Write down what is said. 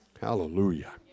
Hallelujah